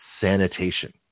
sanitation